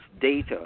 data